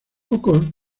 pocos